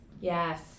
Yes